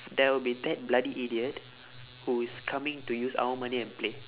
there will be that bloody idiot who is coming to use our money and play